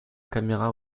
caméra